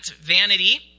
vanity